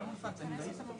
אלו שנפגעו